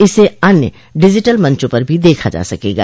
इसे अन्य डिजिटल मंचों पर भी देखा जा सकेगा